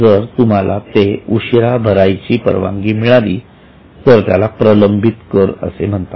जर तुम्हाला ते उशिरा भरायची परवानगी मिळाली तर त्याला प्रलंबित कर असे म्हणतात